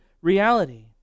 reality